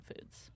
foods